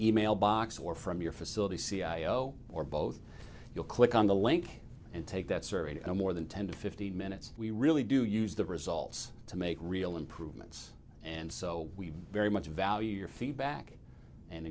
e mail box or from your facility c i a o or both you'll click on the link and take that survey no more than ten to fifteen minutes we really do use the results to make real improvements and so we very much value your feedback and